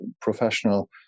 professional